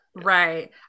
Right